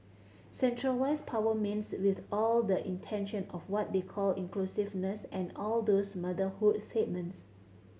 centralised power means with all the intention of what they call inclusiveness and all those motherhood statements